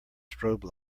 strobe